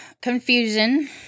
Confusion